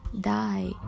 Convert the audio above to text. die